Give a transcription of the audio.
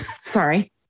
sorry